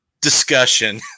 discussion